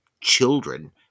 children